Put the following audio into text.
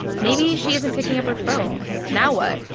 maybe she isn't picking up her phone. now what?